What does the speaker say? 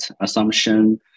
assumption